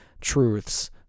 truths